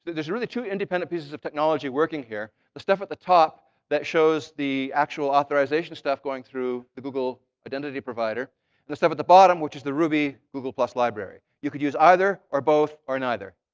there's really true independent pieces of technology working here the stuff at the top that shows the actual authorization stuff going through the google identity provider and the stuff at the bottom, which is the ruby google library. you could use either or both or neither.